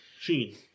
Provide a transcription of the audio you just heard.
Sheen